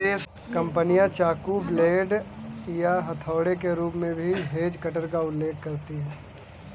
कंपनियां चाकू, ब्लेड या हथौड़े के रूप में भी हेज कटर का उल्लेख करती हैं